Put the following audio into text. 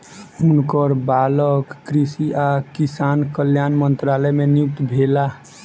हुनकर बालक कृषि आ किसान कल्याण मंत्रालय मे नियुक्त भेला